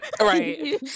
Right